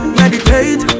meditate